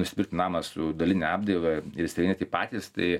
nusipirkt namą su daline apdaila ir įsirenginėt jį patys tai